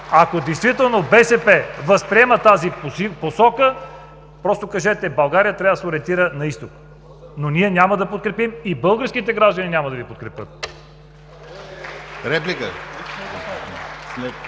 Ако действително БСП възприема тази посока, просто кажете: България трябва да се ориентира на изток. Но ние няма да подкрепим и българските граждани няма да Ви подкрепят.